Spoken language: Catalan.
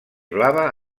blava